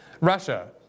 Russia